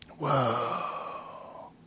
Whoa